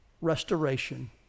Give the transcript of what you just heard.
restoration